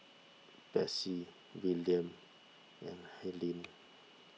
Besse Wiliam and Helyn